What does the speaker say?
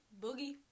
Boogie